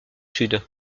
sud